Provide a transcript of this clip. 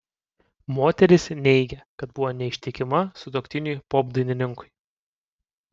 moteris neigė kad buvo neištikima sutuoktiniui popdainininkui